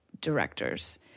directors